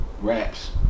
raps